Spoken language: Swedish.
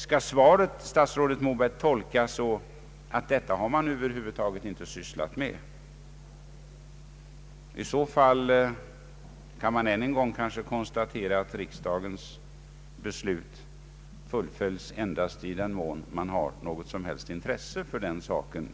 Skall statsrådets svar tolkas så att man Över huvud taget inte har sysslat med detta? I så fall kan man än en gång konstatera att riksdagens beslut fullföljs endast i den mån regeringen har något som helst intresse för saken.